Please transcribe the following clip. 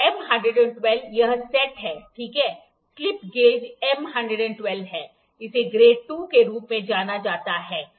M 112 यह set है ठीक है स्लिप गेज एम 112 हैं इसे ग्रेड II के रूप में जाना जाता है